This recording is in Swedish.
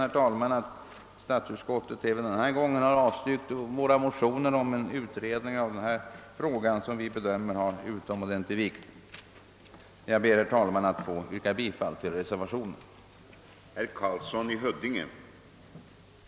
Jag är ledsen att statsutskottet även den här gången har avstyrkt våra motioner om en utredning av denna fråga, som vi bedömer vara utomordentligt viktig. Jag ber att få yrka bifall till reservation nr 1.